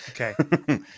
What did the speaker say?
Okay